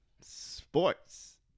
sports